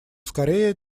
скорее